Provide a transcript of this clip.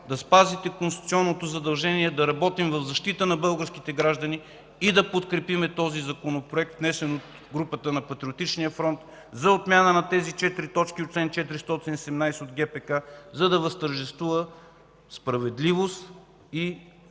да спазите конституционното задължение да работим в защита на българските граждани и да подкрепим този Законопроект, внесен от групата на Патриотичния фронт, за отмяна на тези четири точки на чл. 417 от ГПК, за да възтържествува справедливостта и истинското